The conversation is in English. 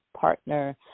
partner